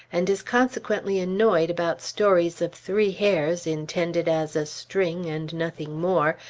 and is consequently annoyed about stories of three hairs, intended as a string and nothing more,